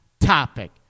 Topic